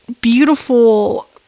beautiful